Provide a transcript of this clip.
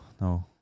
no